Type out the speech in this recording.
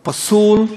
פסול,